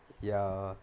ya